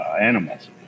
animals